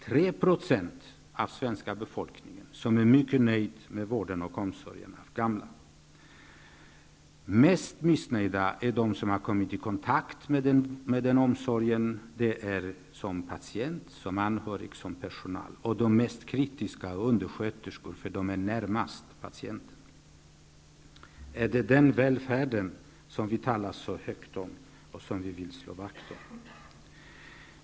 3 % av den svenska befolkningen är mycket nöjd med vården och omsorgen om gamla. Mest missnöjda är de som har kommit i kontakt med omsorgen som patienter, anhöriga eller som personal. De mest kritiska var undersköterskorna, för de är närmast patienten. Är det den välfärden vi talar så högt om och som vi vill slå vakt om?